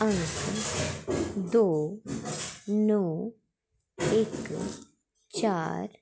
अंक दो नौ इक चार